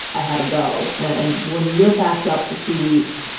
i had to go. and when you're backed up for two weeks,